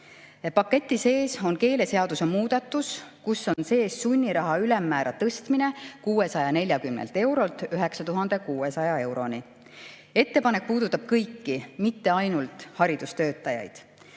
Paketi sees on keeleseaduse muudatus, kus on sees sunniraha ülemmäära tõstmine 640 eurolt 9600 euroni. Ettepanek puudutab kõiki, mitte ainult haridustöötajaid.